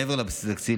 מעבר לבסיס התקציבי,